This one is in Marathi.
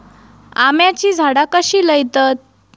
आम्याची झाडा कशी लयतत?